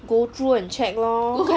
go through and check lor